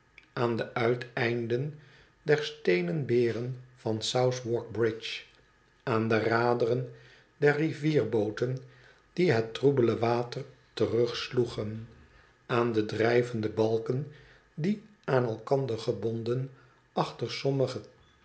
aan de uiteinden der steenen beren van southwarkbridge aan de raderen der rivierbooten die het troebele water terugsloegen aan de drijvende balken die aan elkander gebonden achter sommige